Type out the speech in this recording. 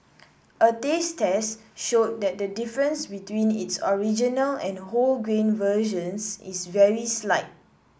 a taste test showed that the difference between its original and wholegrain versions is very slight